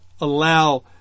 allow